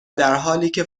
درحالیکه